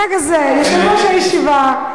ברגע זה יושב-ראש הישיבה.